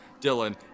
Dylan